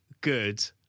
good